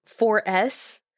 4S